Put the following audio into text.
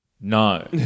no